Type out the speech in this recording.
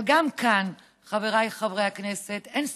אבל גם כאן, חבריי חברי הכנסת, אין ספק,